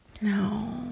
No